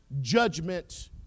judgment